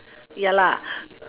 ya lah